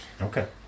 Okay